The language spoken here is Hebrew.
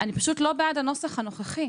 אני פשוט לא בעד הנוסח הנוכחי,